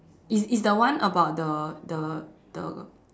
it's it's the one about the the the